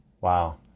Wow